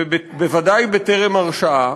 ובוודאי בטרם הרשעה,